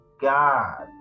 God